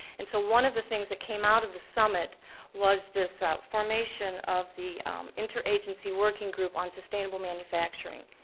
and so one of the things that came out of the summit was this formation of the interagency working group on sustainable manufacturing.